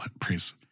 praise